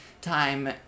time